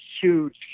huge